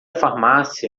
farmácia